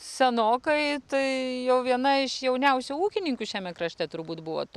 senokai tai jau viena iš jauniausių ūkininkų šiame krašte turbūt buvot